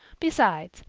besides,